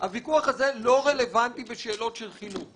הוויכוח הזה לא רלוונטי בשאלות של חינוך.